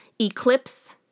eclipse